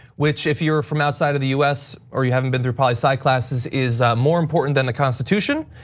which if you're from outside of the us, or you haven't been through probably side classes, is more important than the constitution.